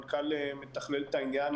מתכלל את העניין.